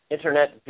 Internet